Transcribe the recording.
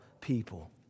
people